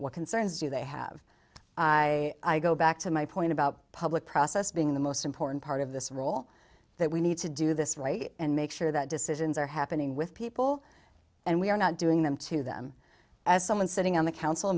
what concerns you they have i go back to my point about public process being the most important part of this role that we need to do this right and make sure that decisions are happening with people and we're not doing them to them as someone sitting on the coun